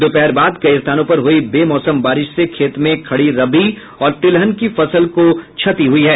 दोपहर बाद कई स्थानों पर हुयी बेमौसम बारिश से खेत में खड़ी रबी और तिलहन की फसल को क्षति हुयी है